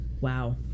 Wow